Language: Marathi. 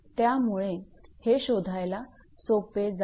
त्यामुळे हे शोधायला सोपे जाईल